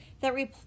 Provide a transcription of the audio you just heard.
that